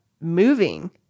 moving